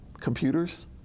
computers